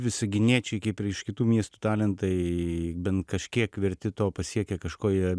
visaginiečiai kaip ir iš kitų miestų talentai bent kažkiek verti to pasiekę kažko jie